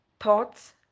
Thoughts